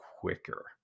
quicker